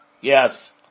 Yes